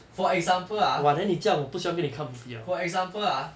for example ah for example ah